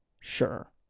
Sure